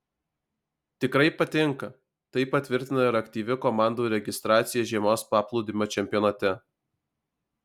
tikrai patinka tai patvirtina ir aktyvi komandų registracija žiemos paplūdimio čempionate